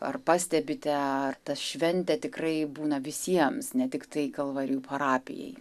ar pastebite ar ta šventė tikrai būna visiems ne tiktai kalvarijų parapijai